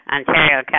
Ontario